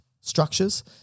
structures